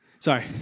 Sorry